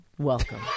welcome